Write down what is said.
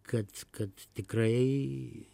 kad kad tikrai